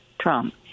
Trump